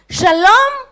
shalom